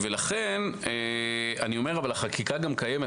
החקיקה קיימת,